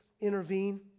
intervene